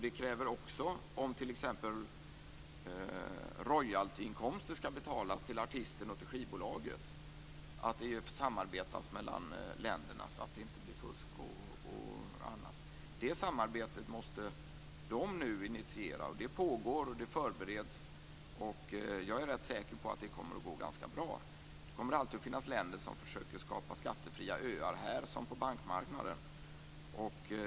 Det kräver också, om t.ex. royaltyinkomster skall betalas till artisten och till skivbolaget, att det samarbetas mellan länderna så att det inte blir fusk. Det samarbetet måste de initiera. Det pågår och det förbereds, och jag är rätt säker på att det kommer att gå ganska bra. Det kommer alltid att finnas länder som försöker skapa skattefria öar på det här området som på bankmarknaden.